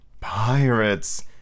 Pirates